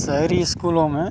शहरी स्कूलों में